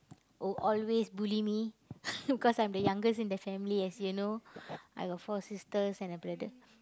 who always bully me because I'm the youngest in the family as you know I got four sisters and a brother